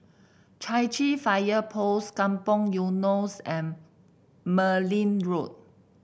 Chai Chee Fire Post Kampong Eunos and Merryn Road